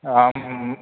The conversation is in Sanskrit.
आम्